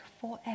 forever